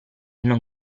non